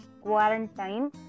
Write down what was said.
quarantine